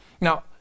Now